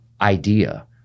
idea